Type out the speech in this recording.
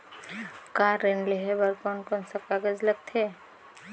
Car ऋण लेहे बार कोन कोन सा कागज़ लगथे?